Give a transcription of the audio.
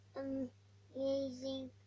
amazing